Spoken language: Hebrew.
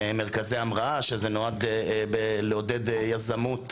מרכז המראה שזה נועד לעודד יזמות